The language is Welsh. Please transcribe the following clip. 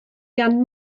gan